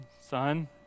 son